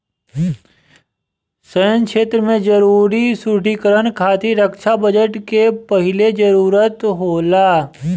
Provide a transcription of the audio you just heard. सैन्य क्षेत्र में जरूरी सुदृढ़ीकरन खातिर रक्षा बजट के पहिले जरूरत होला